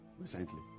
recently